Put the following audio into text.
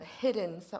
hidden